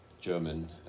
German